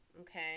Okay